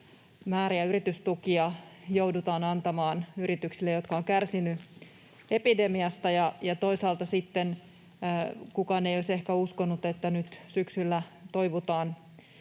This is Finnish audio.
määriä yritystukia joudutaan antamaan yrityksille, jotka ovat kärsineet epidemiasta. Toisaalta sitten kukaan ei olisi ehkä uskonut, että nyt syksyllä toivutaan